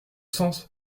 sens